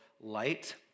light